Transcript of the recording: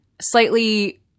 slightly